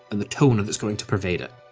and the tone that's going to pervade it.